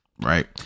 Right